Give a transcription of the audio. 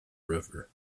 river